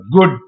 good